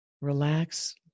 Relax